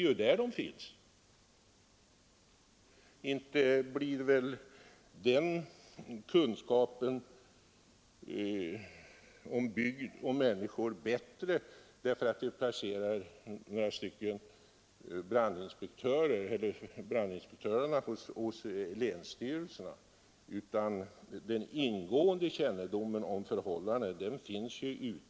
Det är ju där de finns.